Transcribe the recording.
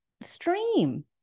stream